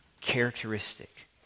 characteristic